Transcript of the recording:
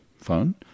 phone